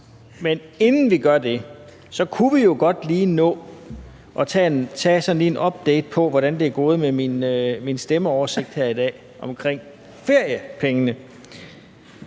Men inden vi gør det, så kunne vi jo godt lige nå at tage sådan lige en update på, hvordan det er gået her i dag med min stemmeoversigt omkring feriepengene.